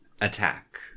attack